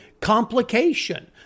complication